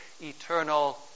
eternal